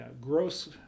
Gross